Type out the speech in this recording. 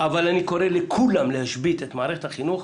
אני קורא לכולם להשבית את מערכת החינוך,